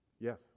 Yes